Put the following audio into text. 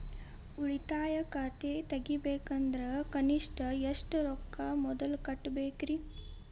ಉಳಿತಾಯ ಖಾತೆ ತೆಗಿಬೇಕಂದ್ರ ಕನಿಷ್ಟ ಎಷ್ಟು ರೊಕ್ಕ ಮೊದಲ ಕಟ್ಟಬೇಕ್ರಿ?